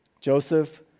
Joseph